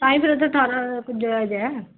ਤਾਂ ਹੀ ਫਿਰ ਉੱਥੇ ਅਠਾਰ੍ਹਾਂ ਕੁ ਜਾਇਜ਼ ਹੈ